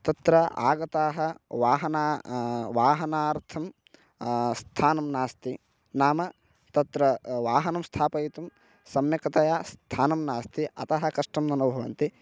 तत्र आगताः वाहनानि वाहनार्थं स्थानं नास्ति नाम तत्र वाहनं स्थापयितुं सम्यक्तया स्थानं नास्ति अतः कष्टम् अनुभवन्ति